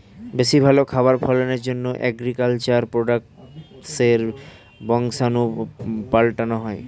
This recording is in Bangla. বেশি ভালো খাবার ফলনের জন্যে এগ্রিকালচার প্রোডাক্টসের বংশাণু পাল্টানো হয়